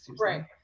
right